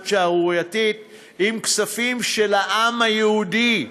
שערורייתית עם כספים של העם היהודי,